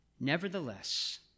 Nevertheless